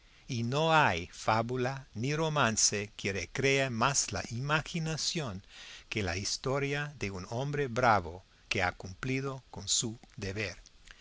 y no hay fábula ni romance que recree más la imaginación que la historia de un hombre bravo que ha cumplido con su deber